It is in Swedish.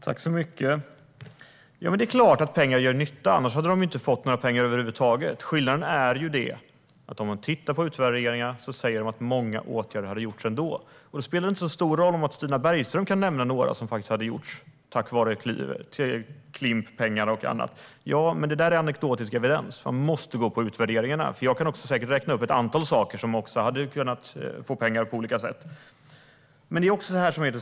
Fru talman! Det är klart att pengar gör nytta. Annars hade de inte fått några pengar över huvud taget. Men enligt utvärderingarna hade många åtgärder vidtagits ändå. Då spelar det inte särskilt stor roll att Stina Bergström kan nämna några åtgärder som vidtagits tack vare Klimppengar och annat. Det där är anekdotisk evidens. Man måste gå på utvärderingarna. Jag kan säkert också räkna upp ett antal saker som hade kunnat få pengar på olika sätt.